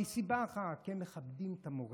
מסיבה אחת: כי הם מכבדים את המורשת,